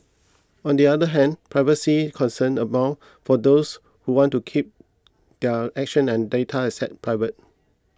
on the other hand privacy concerned abound for those who want to keep their actions and data assets private